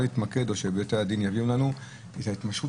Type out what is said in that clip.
כדי שאנחנו נוכל להתמקד אז שבתי הדין יביאו לנו את התמשכות